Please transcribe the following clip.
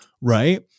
right